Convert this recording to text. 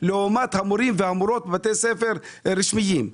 לעומת מורים והמורות בבתי ספר רשמיים,